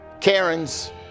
Karens